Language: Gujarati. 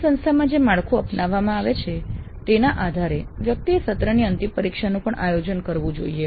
તે સંસ્થામાં જે માળખું અપનાવવામાં આવે છે તેના આધારે વ્યક્તિએ સત્રની અંતિમ પરીક્ષાનું પણ આયોજન કરવું જોઈએ